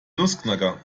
nussknacker